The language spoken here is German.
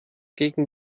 gegen